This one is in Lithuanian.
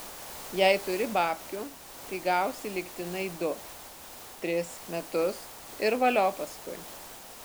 jei turi babkių tai gausi lygtinai du tris metus ir valio paskui